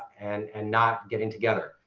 and and not getting together?